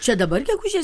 čia dabar gegužės